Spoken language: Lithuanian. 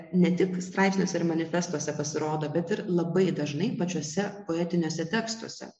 ne tik straipsniuose ir manifestuose pasirodo bet ir labai dažnai pačiuose poetiniuose tekstuose